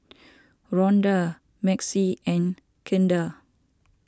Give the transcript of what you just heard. Rhonda Maxie and Kendall